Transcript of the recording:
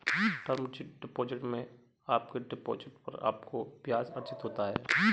term deposit में आपके deposit पर आपको ब्याज़ अर्जित होता है